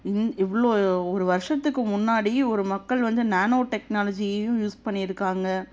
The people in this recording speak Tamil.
இந் இவ்வளோ ஒரு வருஷத்துக்கு முன்னாடி ஒரு மக்கள் வந்து நானோ டெக்னாலஜியும் யூஸ் பண்ணியிருக்காங்க